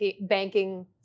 banking